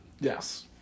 Yes